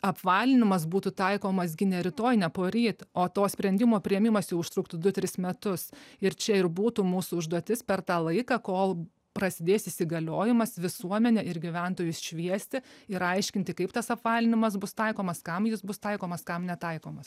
apvalinimas būtų taikomas gi ne rytoj ne poryt o to sprendimo priėmimas užtruktų du tris metus ir čia ir būtų mūsų užduotis per tą laiką kol prasidės įsigaliojimas visuomenę ir gyventojus šviesti ir aiškinti kaip tas apvalinimas bus taikomas kam jis bus taikomas kam netaikomas